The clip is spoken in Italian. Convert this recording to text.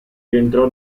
rientrò